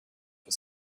for